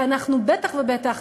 ואנחנו בטח ובטח,